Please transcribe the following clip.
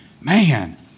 man